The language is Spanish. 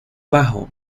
bajo